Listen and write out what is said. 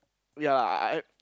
ya lah I I